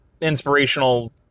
inspirational